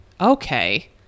Okay